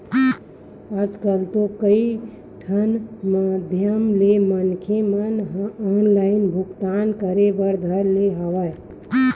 आजकल तो कई ठन माधियम ले मनखे मन ह ऑनलाइन भुगतान करे बर धर ले हवय